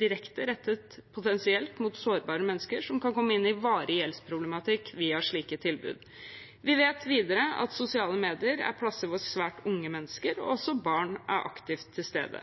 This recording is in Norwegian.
direkte rettet mot potensielt sårbare mennesker som kan komme inn i varig gjeldsproblematikk via slike tilbud. Vi vet videre at sosiale medier er plasser hvor svært unge mennesker, også barn, er aktivt til stede.